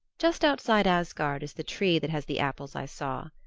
just outside asgard is the tree that has the apples i saw.